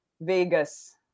Vegas